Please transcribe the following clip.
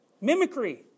mimicry